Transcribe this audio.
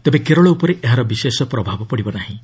ତେବେ କେରଳ ଉପରେ ଏହାର ବିଶେଷ ପ୍ରଭାବ ପଡ଼ିବ ନାହିଁ